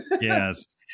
Yes